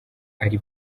ari